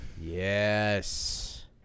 yes